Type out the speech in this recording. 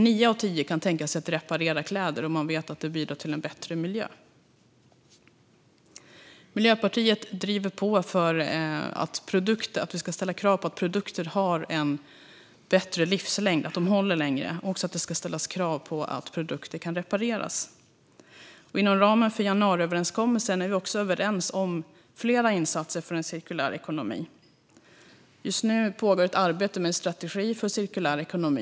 Nio av tio kan tänka sig att reparera kläder om de vet att det bidrar till en bättre miljö. Miljöpartiet driver på för att vi ska ställa krav på att produkter har en bättre livslängd så att de håller längre samt för att det ska ställas krav på att produkter kan repareras. Inom ramen för januariöverenskommelsen är vi också överens om flera insatser för en cirkulär ekonomi. Just nu pågår ett arbete med en strategi för cirkulär ekonomi.